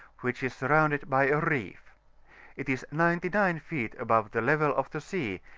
which is surrounded by a ree it is ninety nine feet above the level of the sea,